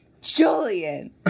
Julian